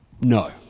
No